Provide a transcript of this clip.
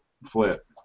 Flip